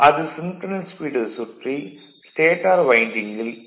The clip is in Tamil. அது சின்க்ரன்ஸ் ஸ்பீடில் சுற்றி ஸ்டேடார் வைண்டிங்கில் ஈ